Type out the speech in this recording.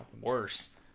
Worse